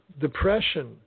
depression